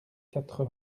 quatre